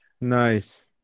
Nice